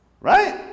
Right